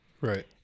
Right